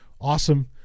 Awesome